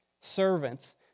Servants